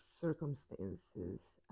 circumstances